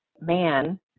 man